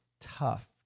tough